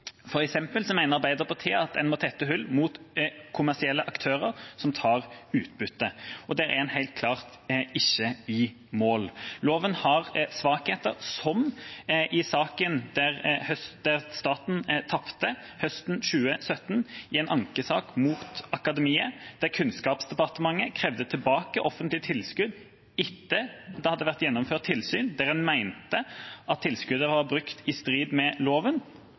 Arbeiderpartiet at en må tette hull mot kommersielle aktører som tar utbytte. Der er en helt klart ikke i mål. Loven har svakheter. Høsten 2017 tapte staten en ankesak mot Akademiet. Kunnskapsdepartementet krevde tilbake offentlige tilskudd etter at det hadde vært gjennomført tilsyn der en mente tilskuddet var brukt i strid med loven,